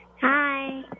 Hi